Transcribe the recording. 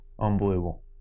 Unbelievable